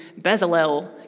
Bezalel